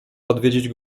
odwiedzić